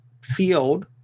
field